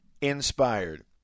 inspired